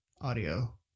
audio